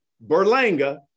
Berlanga